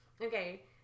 okay